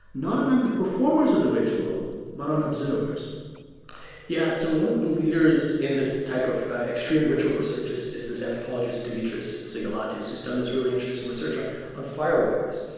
not among the performers of the ritual but on observers yeah. so one of the leaders in this type of extreme ritual research is is this anthropologist dimitris xygalatas, who's done this really interesting research on on fire-walkers.